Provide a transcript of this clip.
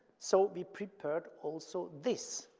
so we prepared also this.